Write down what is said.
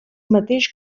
mateix